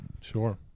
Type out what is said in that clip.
Sure